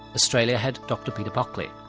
australia had dr peter pockley.